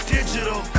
Digital